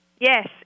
yes